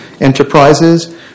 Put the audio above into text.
Enterprises